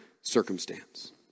circumstance